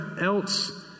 else